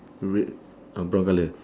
red ah brown colour